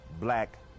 black